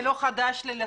זה לחלוטין לא חדש לי.